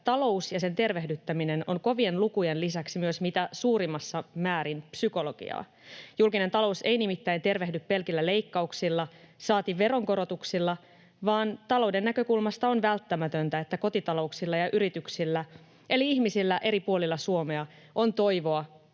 että talous ja sen tervehdyttäminen ovat kovien lukujen lisäksi myös mitä suurimmassa määrin psykologiaa. Julkinen talous ei nimittäin tervehdy pelkillä leikkauksilla, saati veronkorotuksilla, vaan talouden näkökulmasta on välttämätöntä, että kotitalouksilla ja yrityksillä eli ihmisillä eri puolilla Suomea on toivoa